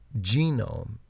genome